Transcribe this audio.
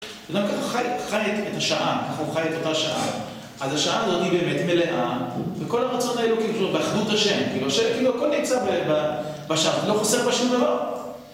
למה ככה הוא חי... הוא חי את השעה. ככה הוא חי את אותה שעה? אז השעה הזאת היא באמת מלאה, וכל הרצון האלוקי, כאילו, באחדות השם, השם... כאילו הכל נמצא בשעה, לא חסר בשום דבר.